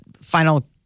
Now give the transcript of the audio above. final